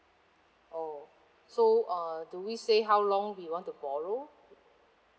oh okay so uh do we say how long we want to borrow